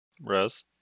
Res